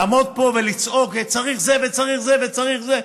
לעמוד פה ולצעוק: צריך זה וצריך זה וצריך זה,